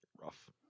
Rough